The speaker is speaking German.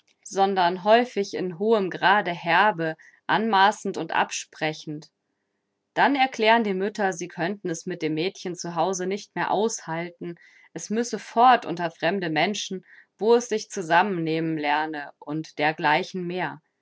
sondern häufig in hohem grade herbe anmaßend und absprechend dann erklären die mütter sie könnten es mit dem mädchen zu hause nicht mehr aushalten es müsse fort unter fremde menschen wo es sich zusammennehmen lerne und dergleichen mehr